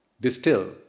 distill